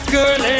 Girl